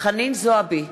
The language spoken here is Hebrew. חנין זועבי,